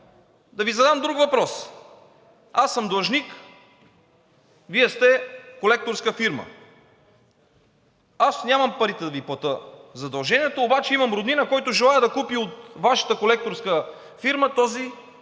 Да Ви задам друг въпрос. Аз съм длъжник, а Вие сте колекторска фирма и нямам парите да Ви платя задължението, обаче имам роднина, който желае да купи от Вашата колекторска фирма този мой